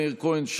מאיר כהן,